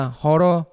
horo